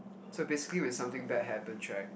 so basically when something bad happens right